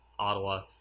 Ottawa